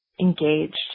engaged